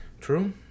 True